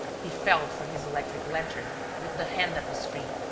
he felt for his electric lantern with the hand that was free,